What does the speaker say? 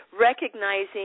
recognizing